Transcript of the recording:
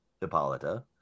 Hippolyta